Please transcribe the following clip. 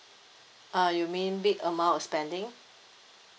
uh you mean big amount of spending